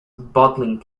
bottling